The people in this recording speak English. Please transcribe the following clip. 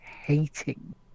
hating